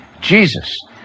Jesus